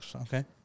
okay